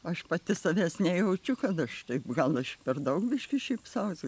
aš pati savęs nejaučiu kad aš tai gal aš per daug biškį šypsaus